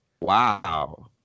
wow